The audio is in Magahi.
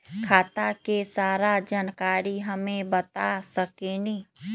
खाता के सारा जानकारी हमे बता सकेनी?